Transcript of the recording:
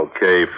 Okay